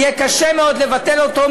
יהיה קשה מאוד לבטל אותה,